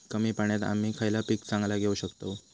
कमी पाण्यात आम्ही खयला पीक चांगला घेव शकताव?